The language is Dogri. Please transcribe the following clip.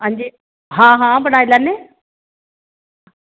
अंजी आं बनाई लैन्ने